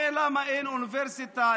למה אין אוניברסיטה,